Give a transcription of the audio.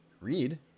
read